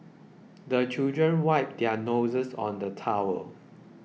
the children wipe their noses on the towel